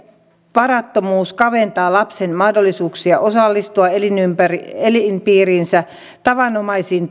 varattomuus kaventaa lapsen mahdollisuuksia osallistua elinpiirinsä tavanomaisiin